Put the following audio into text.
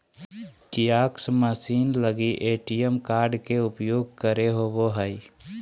kiosk machine लगी ATM card के उपयोग करे होबो हइ